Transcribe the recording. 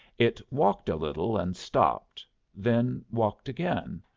it walked a little and stopped then walked again.